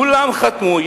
כולם חתמו,